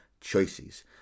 choices